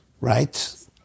Right